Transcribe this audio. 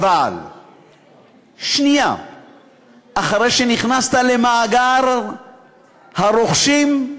אבל שנייה אחרי שנכנסת למאגר הרוכשים,